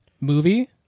movie